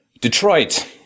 Detroit